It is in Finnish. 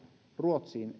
ruotsiin